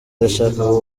ndashaka